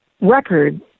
record